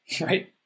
right